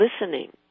listening